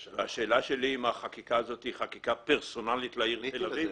השאלה שלי היא האם החקיקה הזאת היא חקיקה פרסונלית לעיר תל אביב.